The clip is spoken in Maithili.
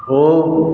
ओ